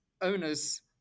owners